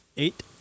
Eight